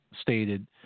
stated